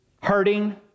Hurting